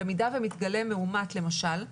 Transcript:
במידה ומתגלה מאומת למשל,